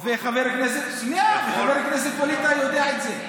וחבר הכנסת ווליד טאהא יודע את זה.